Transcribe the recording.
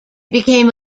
became